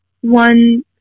one